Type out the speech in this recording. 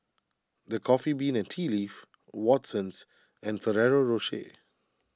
the Coffee Bean and Tea Leaf Watsons and Ferrero Rocher